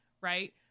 right